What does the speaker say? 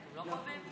לא קובעים?